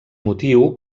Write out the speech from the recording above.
motiu